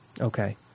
Okay